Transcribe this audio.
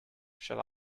shall